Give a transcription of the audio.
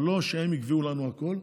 אבל לא שהם יקבעו לנו הכול,